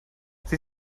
sie